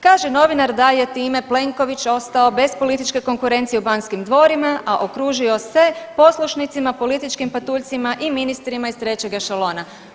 Kaže novinar da je time Plenković ostao bez političke konkurencije u Banskim dvorima, a okružio se poslušnicima, političkim patuljcima i ministrima iz trećeg ešalona.